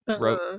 wrote